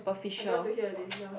I don't want to hear already lah